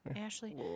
Ashley